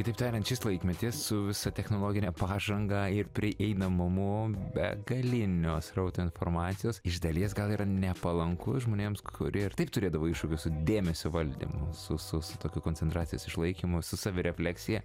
kitaip tariant šis laikmetis su visa technologine pažanga ir prieinamumu begalinio srauto informacijos iš dalies gal ir nepalanku žmonėms kurie ir taip turėdavo iššūkių su dėmesio valdymu su su su tokiu koncentracijos išlaikymu su savirefleksija